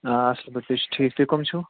آ اَصٕل پٲٹھۍ تُہۍ چھِ ٹھیٖک تُہۍ کٕم چھِو